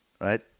right